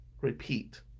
repeat